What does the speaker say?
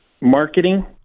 marketing